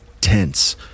tense